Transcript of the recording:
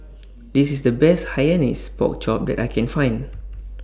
This IS The Best Hainanese Pork Chop that I Can Find